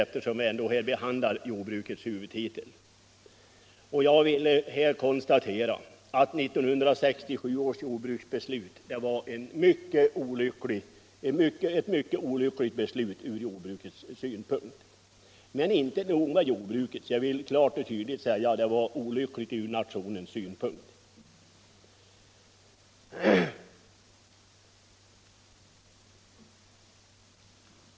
Eftersom vi nu ändå behandlar jordbrukets huvudtitel vill jag också ta upp några principiella synpunkter. Jag konstaterar då att 1967 års jordbruksbeslut var mycket olyckligt för jordbruket. Men inte bara för jordbruket. Det var olyckligt också från nationens synpunkt.